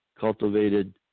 cultivated